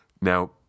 Now